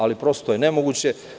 Ali, prosto je to nemoguće.